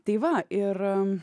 tai va ir